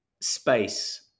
space